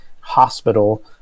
hospital